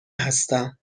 هستم